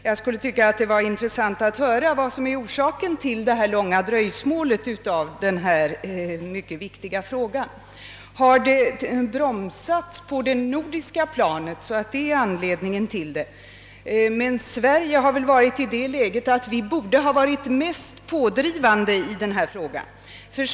Det skulle nu vara intressant att höra vad orsaken varit till det långa dröjsmålet med denna mycket viktiga fråga. Har den bromsats på det nordiska planet? Vi i Sverige borde väl ha varit de mest pådrivande i detta fall.